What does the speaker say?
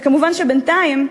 ומובן שבינתיים,